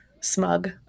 smug